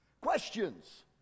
questions